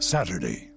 Saturday